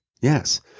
Yes